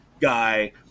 guy